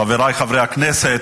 חברי חברי הכנסת,